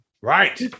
Right